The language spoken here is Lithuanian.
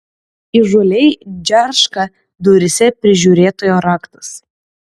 įžūliai džerška duryse prižiūrėtojo raktas